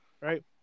right